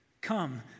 Come